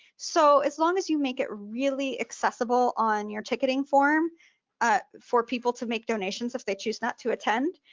so as long as as you make it really accessible on your ticketing form ah for people to make donations if they choose not to attend,